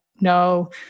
no